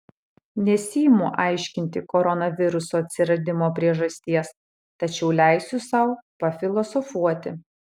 nesiimu aiškinti koronaviruso atsiradimo priežasties tačiau leisiu sau pafilosofuoti